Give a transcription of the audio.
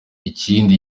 ikindi